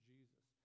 Jesus